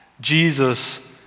Jesus